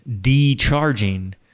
de-charging